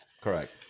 correct